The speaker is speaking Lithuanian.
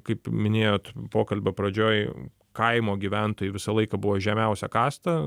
kaip minėjot pokalbio pradžioj kaimo gyventojai visą laiką buvo žemiausia kasta